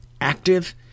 active